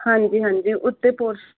ਹਾਂਜੀ ਹਾਂਜੀ ਉੱਤੇ ਪੋਰਸ